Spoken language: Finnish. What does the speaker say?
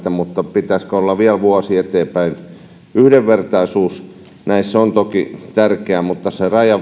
pitäisikö olla vielä vuosi taaksepäin yhdenvertaisuus näissä on toki tärkeää mutta